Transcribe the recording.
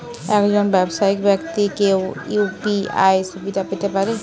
একজন ব্যাবসায়িক ব্যাক্তি কি ইউ.পি.আই সুবিধা পেতে পারে?